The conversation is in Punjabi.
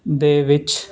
ਦੇ ਵਿੱਚ